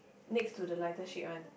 next to the lighter sheet one